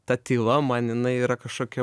ta tyla man jinai yra kažkokia